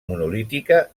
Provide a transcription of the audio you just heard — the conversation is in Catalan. monolítica